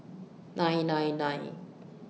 nine nine nine